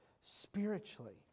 spiritually